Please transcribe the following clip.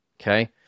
okay